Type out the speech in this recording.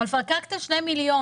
על פקקטה של 2 מיליון,